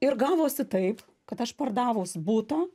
ir gavosi taip kad aš pardavus butą